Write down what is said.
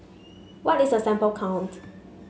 what is a sample count